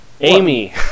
Amy